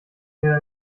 mir